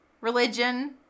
religion